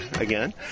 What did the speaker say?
again